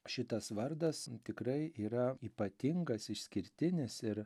šitas vardas tikrai yra ypatingas išskirtinis ir